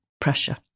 pressure